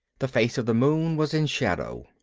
the face of the moon was in shadow.